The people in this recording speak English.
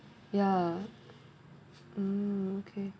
yeah mm okay